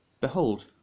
Behold